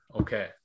Okay